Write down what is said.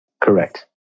Correct